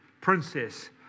princess